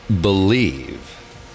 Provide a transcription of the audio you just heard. believe